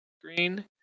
Green